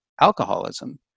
alcoholism